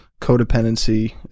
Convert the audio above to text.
codependency